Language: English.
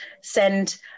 send